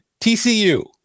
TCU